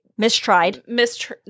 Mistried